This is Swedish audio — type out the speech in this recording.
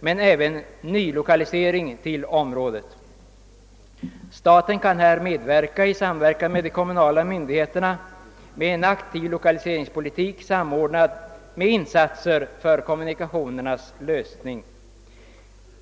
men även nylokalisering till. området. Staten kan här medverka i samverkan med de kommunala myndigheterna med en aktiv loka liseringspolitik, samordnad med insatser för kommunikationsfrågans lösning.